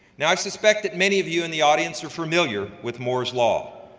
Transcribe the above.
now, i suspect that many of you in the audience are familiar with moore's law,